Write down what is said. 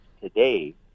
today